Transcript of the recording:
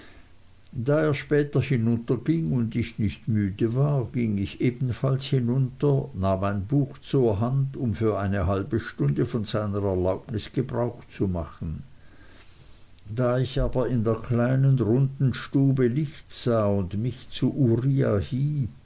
da er später hinunterging und ich nicht müde war ging ich ebenfalls hinunter nahm ein buch zur hand um für eine halbe stunde von seiner erlaubnis gebrauch zu machen da ich aber in der kleinen runden stube licht sah und mich zu uriah